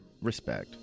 respect